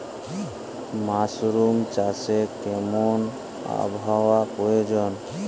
Mushroom চাষে কেমন আবহাওয়ার প্রয়োজন?